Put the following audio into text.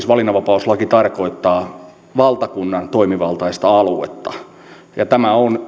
valinnanvapauslaki tarkoittaa valtakunnan toimivaltaista aluetta tämä on